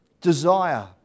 Desire